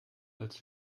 als